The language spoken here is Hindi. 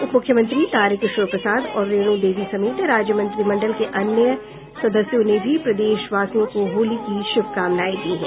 उपमुख्यमंत्री तारकिशोर प्रसाद और रेणु देवी समेत राज्य मंत्रिमंडल के अन्य सदस्यों ने भी प्रदेशवासियों को होली की शुभकामनाएं दी हैं